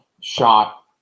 shot